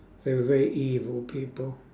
they were very evil people